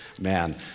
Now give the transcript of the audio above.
man